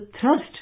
thrust